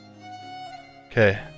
Okay